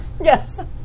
Yes